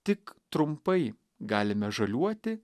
tik trumpai galime žaliuoti